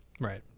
Right